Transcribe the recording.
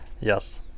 Yes